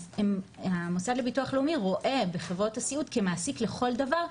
אז המוסד לביטוח לאומי רואה בחברות הסיעוד כמעסיק לכל דבר,